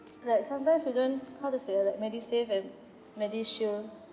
like sometimes you don't how to say like MediSave and MediShield